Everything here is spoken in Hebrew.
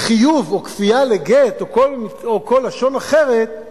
חיוב או כפייה לגט או כל לשון אחרת,